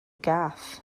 gath